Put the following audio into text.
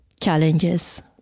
challenges